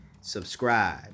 subscribe